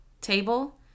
table